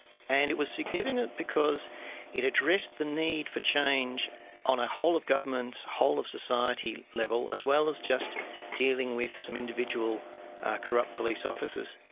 and it was significant because it addressed the need for change on a whole-of-government, whole-of-society level, as well as just dealing with some individual corrupt police officers.